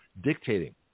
dictating